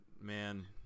Man